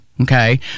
okay